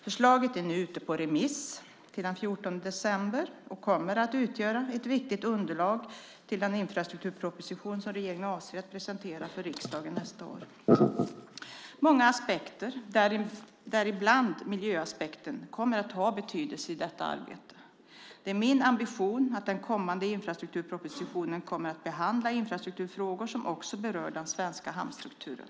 Förslaget är nu ute på remiss till den 14 december och kommer att utgöra ett viktigt underlag till den infrastrukturproposition som regeringen avser att presentera för riksdagen nästa år. Många aspekter, däribland miljöaspekten, kommer att ha betydelse i detta arbete. Det är min ambition att den kommande infrastrukturpropositionen kommer att behandla infrastrukturfrågor som också berör den svenska hamnstrukturen.